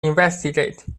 investigate